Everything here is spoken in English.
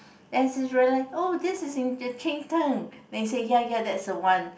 that's when I realise oh this is in the cheng-tng then he say ya ya that's the one